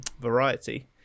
variety